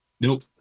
Nope